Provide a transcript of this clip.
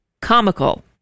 comical